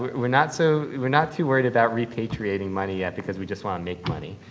we're not so we're not too worried about repatriating money yet because we just want to make money.